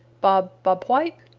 bob bob white!